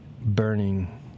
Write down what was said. burning